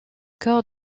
corps